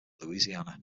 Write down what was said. louisiana